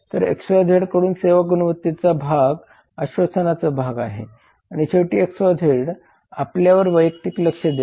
तर XYZ कडून सेवा गुणवत्तेचा हा आश्वासनचा भाग आहे आणि शेवटी XYZ आपल्यावर वैयक्तिक लक्ष देते